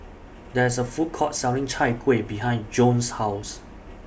There IS A Food Court Selling Chai Kuih behind Joan's House